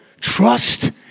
Trust